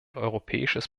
europäisches